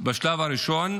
בשלב הראשון,